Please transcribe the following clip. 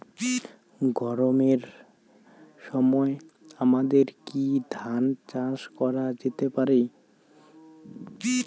গরমের সময় আমাদের কি ধান চাষ করা যেতে পারি?